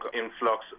influx